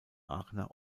aachener